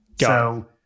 So-